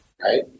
right